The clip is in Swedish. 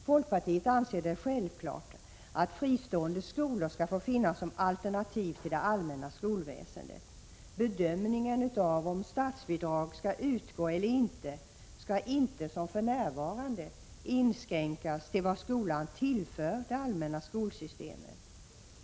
Folkpartiet anser det självklart att fristående skolor skall få finnas som alternativ till det allmänna skolväsendet. Bedömningen av om statsbidrag skall utgå eller ej skall inte som för närvarande inskränkas till vad skolan tillför det allmänna skolsystemet.